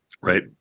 right